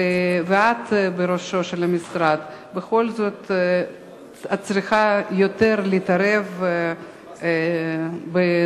ואת בראשו בכל זאת את צריכה להתערב יותר בנושא,